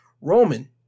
Roman